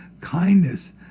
kindness